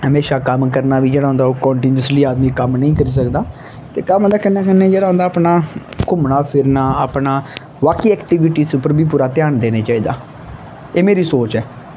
हमेशा कम्म करना बी जेह्ड़ा होंदा ओह् कान्टीन्यूसली आदमी कम्म निं करी सकदा ते कम्म दे कन्नै कन्नै जेह्ड़ा होंदा अपना घूमना फिरना अपना बाकी ऐक्टिविटीस उप्पर बी पूरा ध्यान देना चाहिदा एह् मेरी सोच ऐ